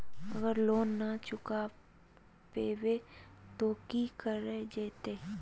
अगर लोन न चुका पैबे तो की करल जयते?